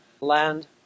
land